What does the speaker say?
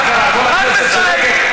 בפעם הבאה, אל תעשה פה הצגה.